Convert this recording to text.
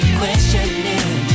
questioning